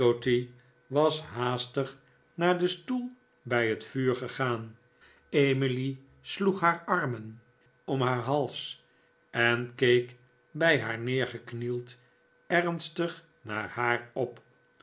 was haastig naar den stoel bij het vuur gegaan emily sloeg haar armen om haar hals en keek bij haar neergeknield ernstig naar haar op